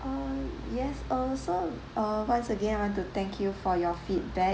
err yes uh so uh once again I want to thank you for your feedback